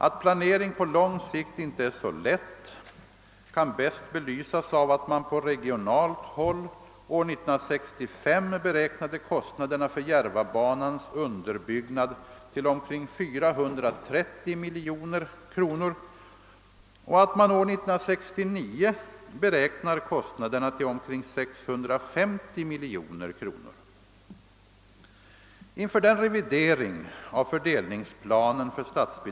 Att planering på lång sikt inte är så lätt kan bäst belysas av att man på regionalt håll år 1965 beräknade kostnaderna för Järvabanans underbyggnad till omkring 430 miljoner kronor och att man år 1969 beräknar kostnaderna till omkring 650 miljoner kronor.